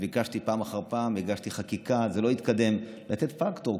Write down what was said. ביקשתי פעם אחר פעם והגשתי חקיקה, לתת פקטור.